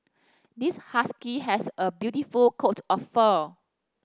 this husky has a beautiful coat of fur